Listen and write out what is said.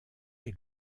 est